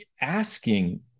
asking